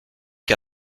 que